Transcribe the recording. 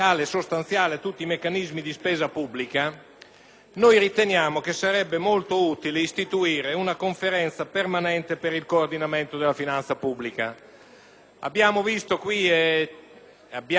riteniamo sarebbe molto utile istituire una conferenza permanente per il coordinamento della finanza pubblica. Abbiamo assistito in questa sede ad un "balletto" tra